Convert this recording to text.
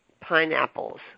pineapples